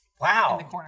Wow